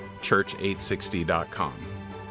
church860.com